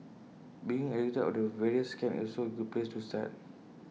being educated of the various scams is also A good place to start